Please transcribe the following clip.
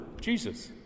Jesus